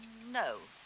no.